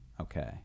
Okay